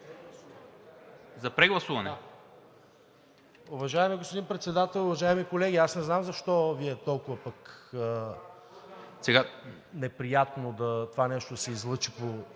(ГЕРБ-СДС): Да. Уважаеми господин Председател, уважаеми колеги! Аз не знам защо Ви е толкова пък неприятно това нещо да се излъчи по